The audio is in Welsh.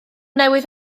newydd